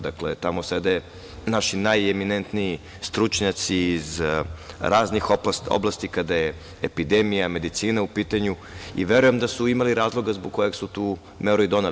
Dakle, tamo sede naši najeminentniji stručnjaci iz raznih oblasti kada je epidemija, medicine u pitanju, i verujem da su imali razloga zbog kojeg su tu meru i doneli.